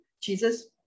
Jesus